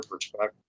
perspective